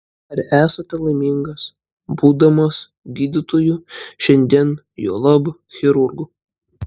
ar esate laimingas būdamas gydytoju šiandien juolab chirurgu